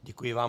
Děkuji vám.